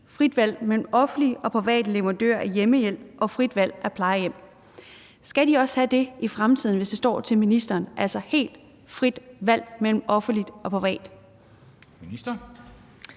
frit valg mellem offentlige og private leverandører af hjemmehjælp og frit valg af plejehjem. Skal de også have det i fremtiden, hvis det står til ministeren, altså helt frit valg mellem det offentlige og det private?